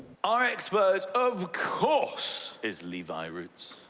our expert, of course, is levi roots.